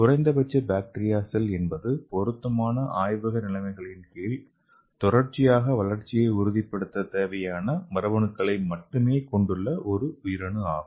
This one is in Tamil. குறைந்தபட்ச பாக்டீரியா செல் என்பது பொருத்தமான ஆய்வக நிலைமைகளின் கீழ் தொடர்ச்சியான வளர்ச்சியை உறுதிப்படுத்த தேவையான மரபணுக்களை மட்டுமே கொண்டுள்ள ஒரு உயிரணு ஆகும்